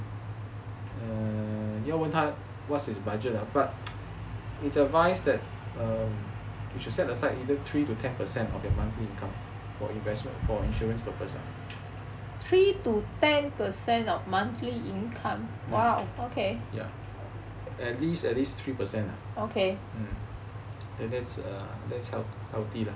err 要问他 what's his budget ah but it's advised that err you should set aside either three to ten percent of your monthly income for investment for insurance purpose ah at least at least three to ten per cent ah and that's a that's healthy lah